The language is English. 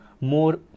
more